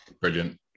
Brilliant